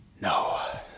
No